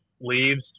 leaves